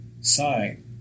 sign